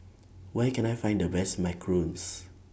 Where Can I Find The Best Macarons